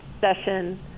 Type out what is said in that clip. session